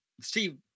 Steve